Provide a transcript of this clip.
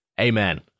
amen